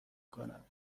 کنم